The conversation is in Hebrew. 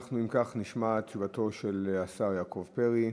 אנחנו, אם כך, נשמע את תשובתו של השר יעקב פרי,